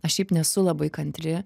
aš šiaip nesu labai kantri